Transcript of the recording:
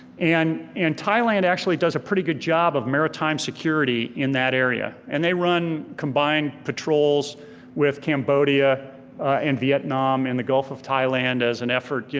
and and thailand actually does a pretty good job of maritime security in that area. and they run combined patrols with cambodia and vietnam and the gulf of thailand as an effort, yeah